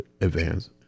advance